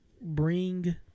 bring